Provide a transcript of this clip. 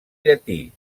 llatí